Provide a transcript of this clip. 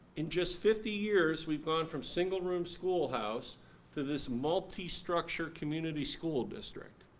in just fifty years we've gone from single room schoolhouse to this multi-structure community school district.